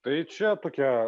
tai čia tokia